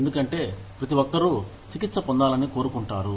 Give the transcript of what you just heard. ఎందుకంటే ప్రతి ఒక్కరూ చికిత్స పొందాలని కోరుకుంటారు